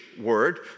word